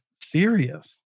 serious